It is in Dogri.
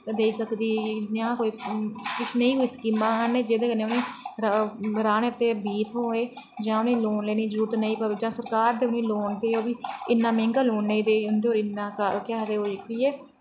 देई सकदी कुश ऐसियां कोई स्कीमां आने जेह्दे कन्नै उनेंगी रहाने तै बाऽ थ्होऐ जां लोन लैने दी उनेगी जरूरत नी पवै जां सरकार गै उनेंगी लोग देऐ इन्ना मैंह्गा लोन नी देऐ केह् आखदे